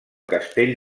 castell